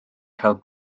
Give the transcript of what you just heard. cael